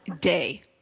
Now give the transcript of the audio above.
day